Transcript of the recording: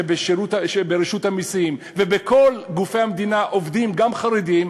שברשות המסים ובכל גופי המדינה עובדים גם חרדים,